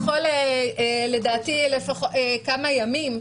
לדעתי כמה ימים.